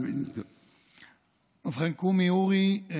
קומי אורי,